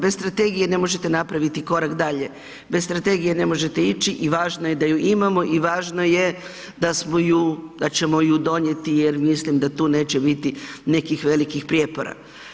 Bez strategije ne možete napraviti korak dalje, bez strategije ne možete ići i važno je da ju imamo i važno je da smo ju, da ćemo ju donijeti jer mislim da tu neće biti nekih velikih prijepora.